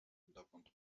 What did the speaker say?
dokąd